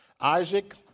Isaac